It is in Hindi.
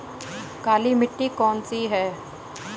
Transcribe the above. काली मिट्टी कौन सी है?